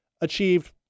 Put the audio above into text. achieved